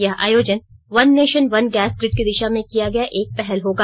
यह आयोजन one nation one gas grid की दिशा में किया गया एक पहल होगा